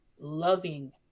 loving